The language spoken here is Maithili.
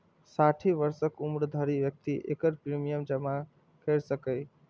साठि वर्षक उम्र धरि व्यक्ति एकर प्रीमियम जमा कैर सकैए